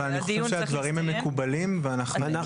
אבל אני חושב שהדברים מקובלים ואנחנו